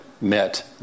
met